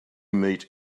meet